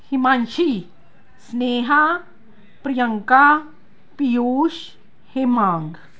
Himanshi Sneha Priyanka Piyush Himang